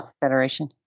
Federation